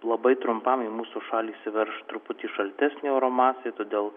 labai trumpam į mūsų šalį įsiverš truputį šaltesnė oro masė todėl